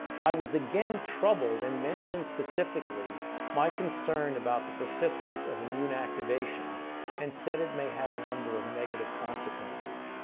i was again troubled and mentioned specifically my concern about the persistence of immune activation and said it may have a number of negative consequences.